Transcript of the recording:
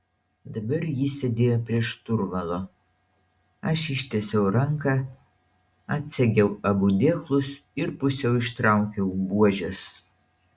dabar jis sėdėjo prie šturvalo aš ištiesiau ranką atsegiau abu dėklus ir pusiau ištraukiau buožes